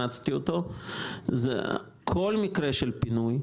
כל מקרה של פינוי,